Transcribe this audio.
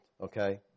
Okay